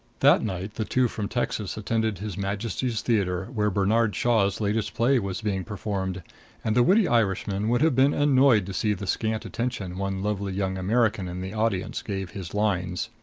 that night the two from texas attended his majesty's theater, where bernard shaw's latest play was being performed and the witty irishman would have been annoyed to see the scant attention one lovely young american in the audience gave his lines.